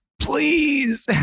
please